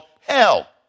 hell